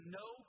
no